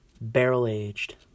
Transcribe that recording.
Barrel-aged